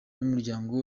numuryango